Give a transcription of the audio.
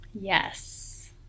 Yes